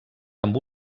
amb